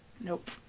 Nope